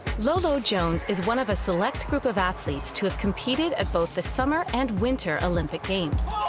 lolo jones is one of a select group of athletes to have competed at both the summer and winter olympic games.